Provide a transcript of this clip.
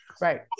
Right